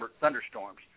thunderstorms